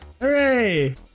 Hooray